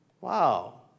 Wow